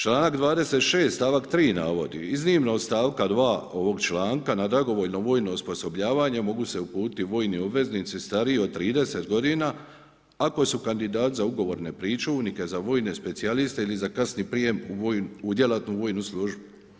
Članak 26. stavak 3. navodi iznimno od stavka 2. ovog članka na dragovoljno vojno osposobljavanje mogu se uputiti vojni obveznici stariji od 30 godina ako su kandidati za ugovorne pričuvnike, za vojne specijaliste ili za kasniji prijem u djelatnu vojnu službu.